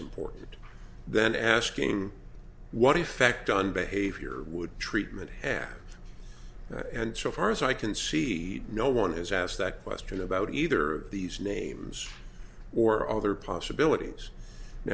important than asking what effect on behavior would treatment and so far as i can see no one has asked that question about either of these names or other possibilities you